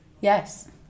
Yes